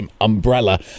umbrella